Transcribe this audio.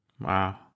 Wow